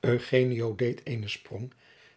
pleegzoon eenen sprong